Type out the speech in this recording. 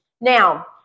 Now